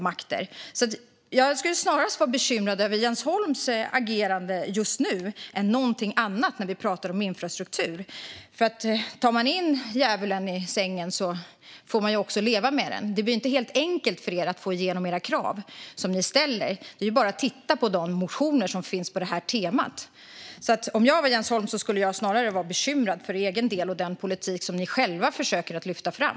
Jag skulle alltså snarare vara bekymrad över Jens Holms agerande just nu än över någonting annat när vi pratar om infrastruktur, för tar man in djävulen i sängen får man också leva med den. Det blir inte helt enkelt för er att få igenom de krav som ni ställer. Det är bara att titta på de motioner som finns på detta tema. Om jag var Jens Holm skulle jag snarare vara bekymrad för egen del. Jag skulle vara bekymrad över den politik som ni själva försöker att lyfta fram.